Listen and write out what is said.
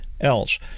else